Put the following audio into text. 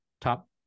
top